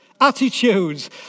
attitudes